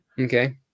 Okay